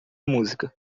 música